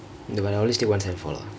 no but I will always take one seven four lah